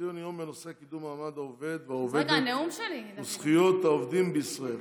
ציון יום בנושא קידום מעמד העובד והעובדת וזכויות העובדים בישראל,